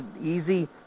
easy